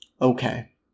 Okay